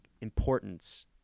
importance